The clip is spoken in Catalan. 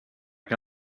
que